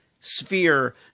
sphere